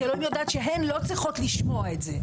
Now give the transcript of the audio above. כי אלוהים יודעת שהן לא צריכות לשמוע את זה,